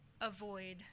avoid